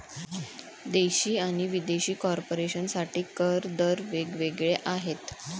देशी आणि विदेशी कॉर्पोरेशन साठी कर दर वेग वेगळे आहेत